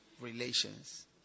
relations